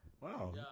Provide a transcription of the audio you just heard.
Wow